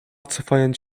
cofając